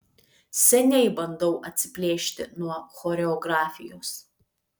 seniai bandau atsiplėšti nuo choreografijos